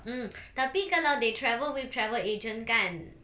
mm tapi kalau they travel with travel agent kan